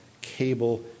cable